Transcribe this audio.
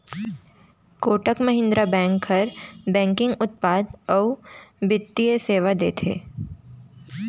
Kotak Mahindra bank ह banking उत्पाद अउ बित्तीय सेवा देथे